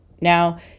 Now